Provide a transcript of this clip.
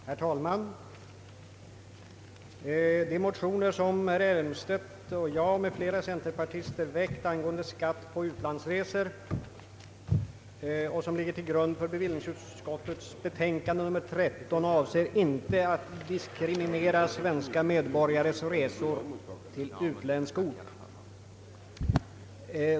Herr talman! De motioner som herr Elmstedt och jag jämte flera centerpartister har väckt angående skatt på utlandsresor och som ligger till grund för bevillningsutskottets betänkande nr 13 avser inte att diskriminera svenska medborgares resor till utländsk ort.